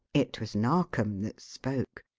it was narkom that spoke,